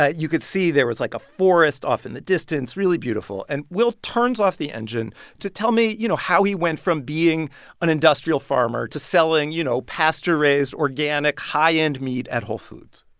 ah you could see there was, like, a forest off in the distance really beautiful. and will turns off the engine to tell me, you know, how he went from being an industrial farmer to selling, you know, pasture-raised, organic, high-end meat at whole foods.